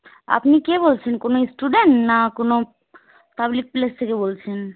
আপনি কে বলছেন কোনো স্টুডেন্ট না কোনো পাবলিক প্লেস থেকে বলছেন